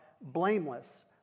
blameless